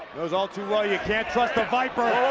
it was all too raw. you can't trust the viper.